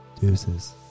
Deuces